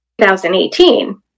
2018